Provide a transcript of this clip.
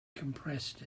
compressed